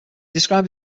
described